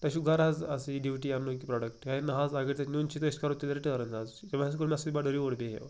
تۄہہِ چھُو گھرٕ حظ اصلی یہِ ڈیٛوٹی اَنُن یہِ پرٛڈوکٹہٕ ہے نَہ حظ اَگر ژےٚ نیٛن چھُے تہٕ أسۍ کَرو تیٚلہِ رِٹٲرٕن حظ تٔمۍ حظ کوٚر مےٚ سۭتۍ بَڑٕ ریٛوٗڈ بِہیو